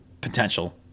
potential